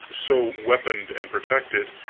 so weaponed and protected,